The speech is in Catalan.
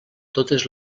totes